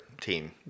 team